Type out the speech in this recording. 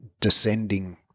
descending